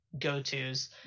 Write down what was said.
go-tos